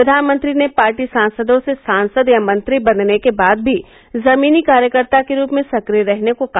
प्रधानमंत्री ने पार्टी सांसदों से सांसद या मंत्री बनने के बाद भी जमीनी कार्यकर्ता के रूप में सक्रिय रहने को कहा